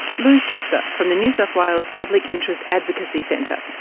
lou schetzer, from the new south wales public interest advocacy centre.